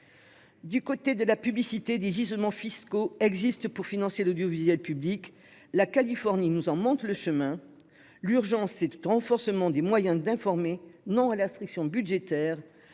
Du côté de la publicité, des gisements fiscaux existent pour financer l'audiovisuel public. La Californie nous en montre le chemin. L'urgence est au renforcement des moyens d'informer, non à la restriction budgétaire.